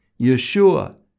Yeshua